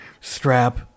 strap